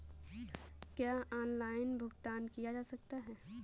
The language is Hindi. क्या ऑनलाइन भुगतान किया जा सकता है?